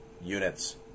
units